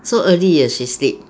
so early ah she sleep